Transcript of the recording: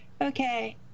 okay